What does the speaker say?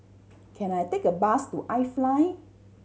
can I take a bus to iFly